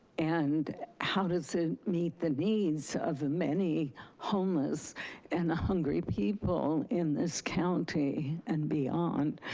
and how does it meet the needs of the many homeless and the hungry people in this county and beyond?